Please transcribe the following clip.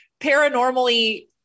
paranormally